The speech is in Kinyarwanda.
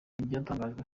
ibyatangajwe